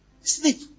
Sleep